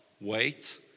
wait